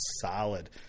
solid